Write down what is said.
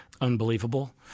Unbelievable